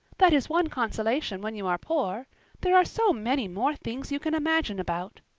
that is one consolation when you are poor there are so many more things you can imagine about.